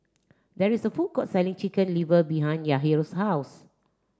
there is a food court selling chicken liver behind Yahir's house